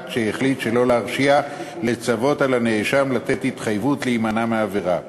שהחליט שלא להרשיע לצוות על הנאשם לתת התחייבות להימנע מעבירה.